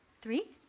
three